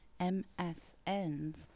MSNs